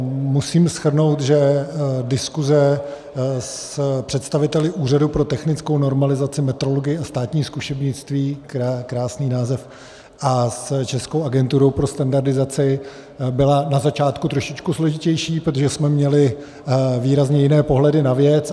Musím shrnout, že diskuse s představiteli Úřadu pro technickou normalizaci, metrologii a státní zkušebnictví krásný název a s Českou agenturou pro standardizaci byla na začátku trošičku složitější, protože jsme měli výrazně jiné pohledy na věc.